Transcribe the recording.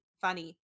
funny